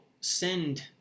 send